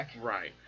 right